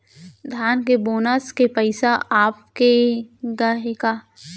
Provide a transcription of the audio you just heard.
धान के बोनस के पइसा आप गे हे का?